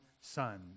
Son